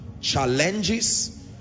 challenges